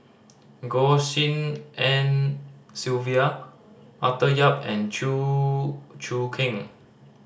Goh Tshin En Sylvia Arthur Yap and Chew Choo Keng